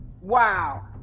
wow